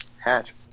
Hatch